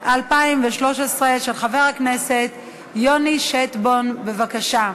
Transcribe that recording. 2013, של חבר הכנסת יוני שטבון, בבקשה.